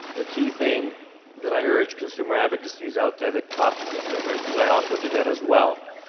the key thing that i urge consumer advocacies out there that talk to consumers, because i also do that as well,